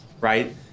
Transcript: right